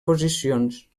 posicions